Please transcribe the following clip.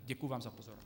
Děkuji vám za pozornost.